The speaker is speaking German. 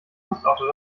postauto